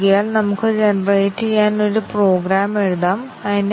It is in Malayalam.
അതിനാൽ ഞങ്ങളുടെ MCDC ടെസ്റ്റ് കേസ് 1 2 3 4 7 ആയിരിക്കും